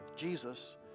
Jesus